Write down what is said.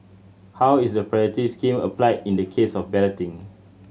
how is the priority scheme applied in the case of balloting